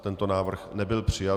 Tento návrh nebyl přijat.